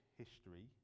history